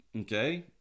okay